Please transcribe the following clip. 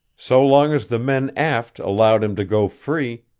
so long as the men aft allowed him to go free,